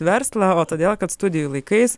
verslą o todėl kad studijų laikais